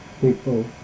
people